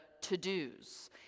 to-dos